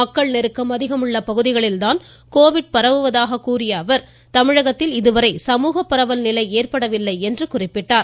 மக்கள் நெருக்கம் அதிகமுள்ள பகுதிகளில் தான் கோவிட் பரவுவதாக கூறிய அவர் தமிழகத்தில் இதுவரை சமூகப்பரவல் நிலை ஏற்படவில்லை என்று குறிப்பிட்டார்